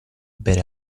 bere